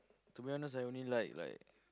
to be honest I only like like